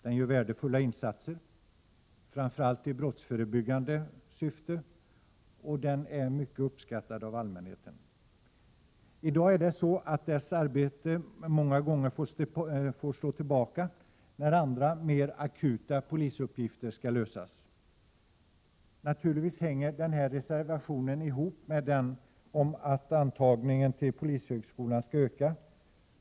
Den gör värdefulla insatser, framför allt i brottsförebyggande syfte, och den är mycket uppskattad av allmänheten. I dag får kvarterspolisens arbete många gånger stå tillbaka på grund av att mer akuta polisuppgifter skall lösas. Naturligtvis sammanhänger den här reservationen med den som går ut på att antalet aspiranter till polishögskolan skall öka.